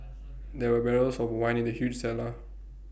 there were barrels of wine in the huge cellar